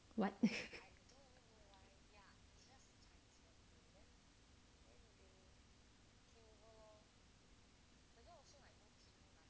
what